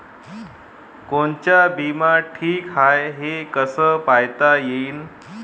कोनचा बिमा ठीक हाय, हे कस पायता येईन?